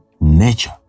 nature